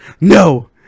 No